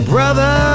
Brother